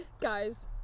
Guys